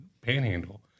Panhandle